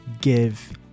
give